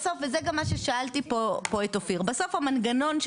וזה גם מה ששאלתי פה את אופיר בסוף המנגנון של